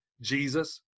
Jesus